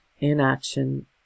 inaction